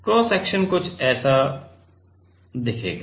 cross section कुछ इस तरह दिखेगा